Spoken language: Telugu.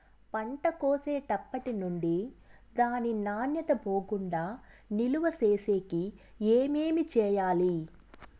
పంట కోసేటప్పటినుండి దాని నాణ్యత పోకుండా నిలువ సేసేకి ఏమేమి చేయాలి?